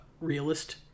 realist